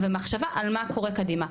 ומחשבה על מה קורה קדימה.